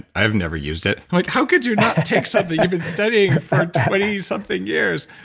i've never used it. i'm like how could you not take something you've been studying for twenty something years?